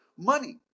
money